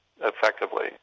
effectively